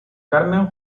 carmen